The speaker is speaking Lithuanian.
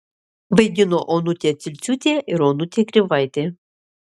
vaidino onutė cilciūtė ir onutė krivaitė